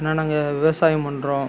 ஏன்னா நாங்கள் விவசாயம் பண்ணுறோம்